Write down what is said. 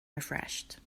refreshed